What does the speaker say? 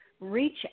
reach